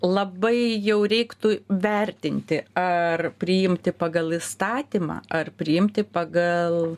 labai jau reiktų vertinti ar priimti pagal įstatymą ar priimti pagal